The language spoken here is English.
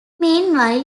meanwhile